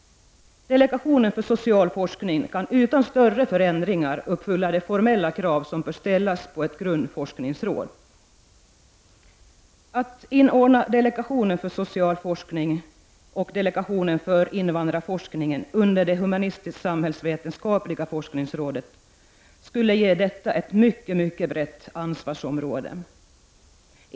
Delegationen för social forskning kan utan större förändringar uppfylla de formella krav som bör ställas på ett grundforskningsråd. Att inordna delegationen för social forskning och delegationen för invandrarforskning under det humanistiskt-samhällsvetenskapliga forskningsrådet skulle ge detta ett mycket brett ansvarsområde.